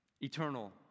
Eternal